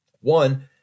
One